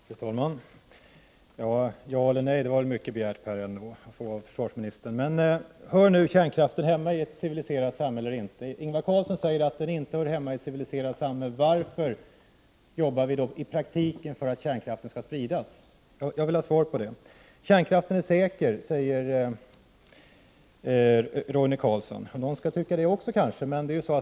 Fru talman! Ja eller nej — det var kanske mycket begärt av försvarsminis 9 december 1988 tern. Hör kärnkraften hemma i ett civiliserat samhälle eller inte? Ingvar Carlsson säger att den inte hör hemma i ett civiliserat samhälle. Varför arbetar vi i praktiken då för att kärnkraften skall spridas? Jag vill ha svar på den frågan. Kärnkraft är säker, säger Roine Carlsson. Någon skall kanske tycka det också.